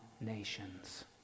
nations